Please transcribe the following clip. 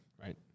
right